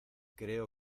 creo